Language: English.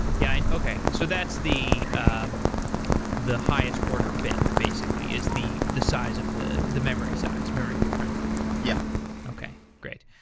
yeah and so that's the um the highest order bit basically, is the the size of the the memory size, memory footprint yeah okay. great.